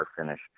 finish